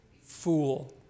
fool